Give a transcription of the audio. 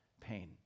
pain